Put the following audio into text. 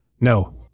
No